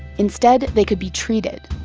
instead, they could be treated,